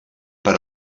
per